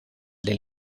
del